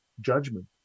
judgment